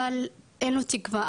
אבל אין לו תקווה,